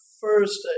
first